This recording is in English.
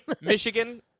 Michigan